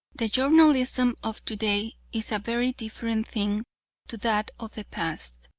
the journalism of to-day is a very different thing to that of the past.